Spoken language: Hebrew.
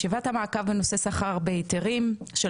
ישיבת המעקב בנושא סחר בהיתרים של